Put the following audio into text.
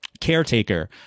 caretaker